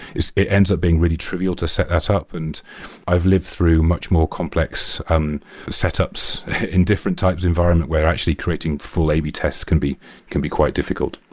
it ends up being really trivial to set that up, and i've lived through much more complex um setups in different types environment where actually creating full a b tests can be can be quite difficult.